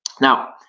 now